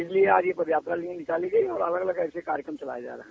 इसलिए आज यह पद यात्रा निकाली गयी और अनेक ऐसे कार्यक्रम चलाये जा रहे हैं